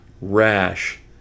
rash